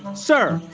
sir,